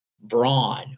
brawn